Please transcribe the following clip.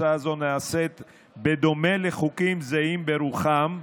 הצעה זו נעשית בדומה לחוקים זהים ברוחם,